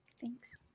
Thanks